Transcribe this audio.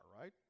right